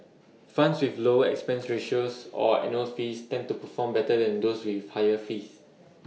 funds with lower expense ratios or annual fees tend to perform better than those with higher fees